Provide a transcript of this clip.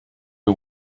who